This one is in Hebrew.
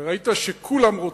וראית שכולם רוצים,